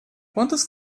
quantas